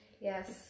Yes